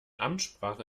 amtssprache